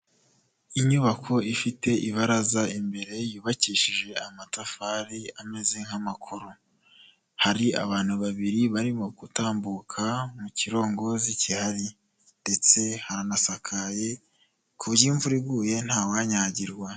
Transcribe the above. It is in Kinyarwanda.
Inyubako ifite ibaraza, imbere yubakishije amatafari ameze nk'amakoro. Har’abantu babiri barimo gutambuka mu kirongozi gihari ndetse haranasakaye ku imvura iguye ntawanyagirwa.